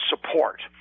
support